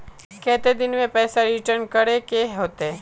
कितने दिन में पैसा रिटर्न करे के होते?